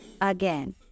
again